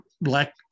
black